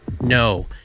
No